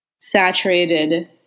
saturated